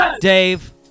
Dave